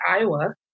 Iowa